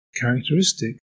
characteristic